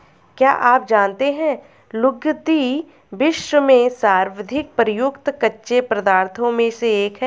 क्या आप जानते है लुगदी, विश्व में सर्वाधिक प्रयुक्त कच्चे पदार्थों में से एक है?